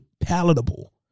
palatable